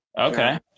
Okay